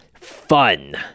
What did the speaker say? fun